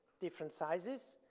different sizes.